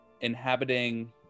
inhabiting